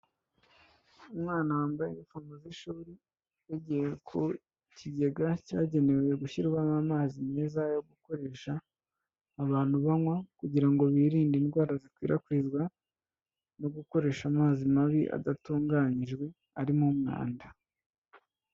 Umwana wambaye inifomo z'ishuri, yagiye ku kigega cyagenewe gushyirwamo amazi meza yo gukoresha, abantu banywa kugira ngo birinde indwara zikwirakwizwa no gukoresha amazi mabi adatunganyijwe arimo umwanda.